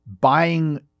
buying